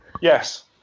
Yes